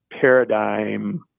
paradigm